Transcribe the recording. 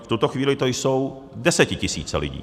V tuto chvíli to jsou desetitisíce lidí.